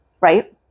right